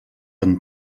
han